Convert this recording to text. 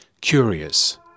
curious